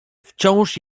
wciąż